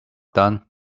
done